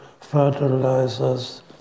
fertilizers